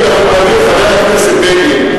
ידידי ומכובדי חבר הכנסת בגין,